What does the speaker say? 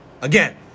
Again